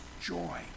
joy